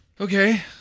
Okay